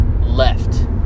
left